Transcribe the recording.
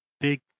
big